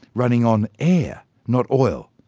running on air not oil.